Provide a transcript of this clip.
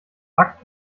akt